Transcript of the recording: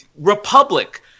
Republic